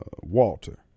Walter